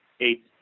eight